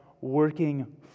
working